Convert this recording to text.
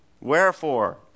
Wherefore